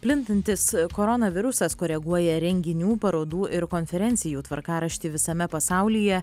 plintantis koronavirusas koreguoja renginių parodų ir konferencijų tvarkaraštį visame pasaulyje